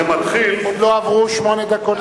עוד לא עברו שמונה דקות,